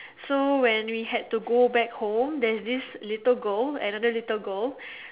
so when we had to go back home there's this little girl another little girl